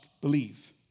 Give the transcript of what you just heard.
believe